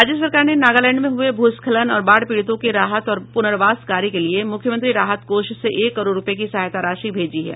राज्य सरकार ने नागालैंड में हुए भूस्खलन और बाढ़ पीड़ितों के राहत और पुनर्वास कार्य के लिये मुख्यमंत्री राहत कोष से एक करोड़ रुपये की सहायता राशि भेजी है